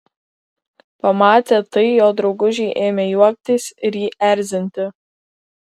pamatę tai jo draugužiai ėmė juoktis ir jį erzinti